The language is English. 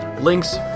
links